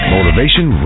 Motivation